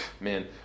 man